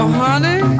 honey